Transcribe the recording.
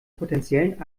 potenziellen